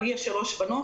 לי יש שלוש בנות.